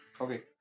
Okay